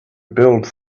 build